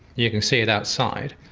you can see it outside,